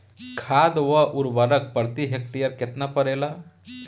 खाध व उर्वरक प्रति हेक्टेयर केतना पड़ेला?